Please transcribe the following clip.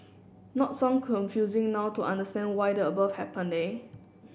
not so confusing now to understand why the above happened eh